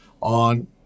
on